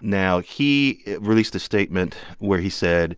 now, he released a statement where he said